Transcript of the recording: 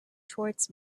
towards